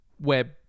web